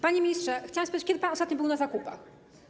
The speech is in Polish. Panie ministrze, chciałam spytać: Kiedy pan ostatnio był na zakupach?